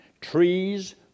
trees